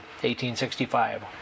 1865